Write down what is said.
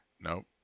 Nope